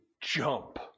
jump